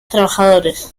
trabajadores